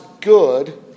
good